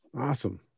Awesome